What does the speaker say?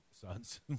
sons